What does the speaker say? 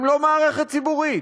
הם לא מערכת ציבורית.